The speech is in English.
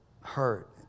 hurt